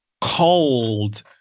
cold